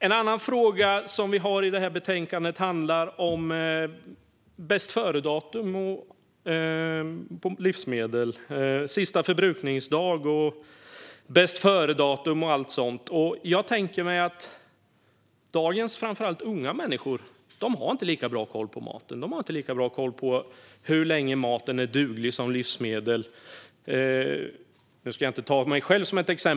En annan fråga i betänkandet handlar om bästföredatum, sista förbrukningsdag och allt sådant på livsmedel. Jag tänker mig att dagens människor, framför allt unga, inte har lika bra koll på maten. De har inte lika bra koll på hur länge maten är duglig som livsmedel som någon som är gammal i gamet har.